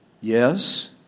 Yes